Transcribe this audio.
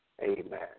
Amen